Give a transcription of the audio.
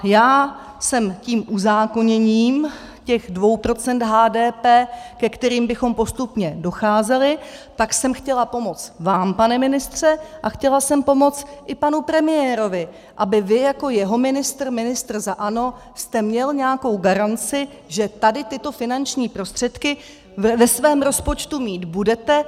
Já jsem tím uzákoněním těch 2 % HDP, ke kterým bychom postupně docházeli, chtěla pomoct vám, pane ministře, a chtěla jsem pomoct i panu premiérovi, abyste vy jako jeho ministr, ministr za ANO, měl nějakou garanci, že tady tyto finanční prostředky ve svém rozpočtu mít budete.